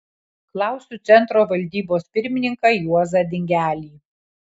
klausiu centro valdybos pirmininką juozą dingelį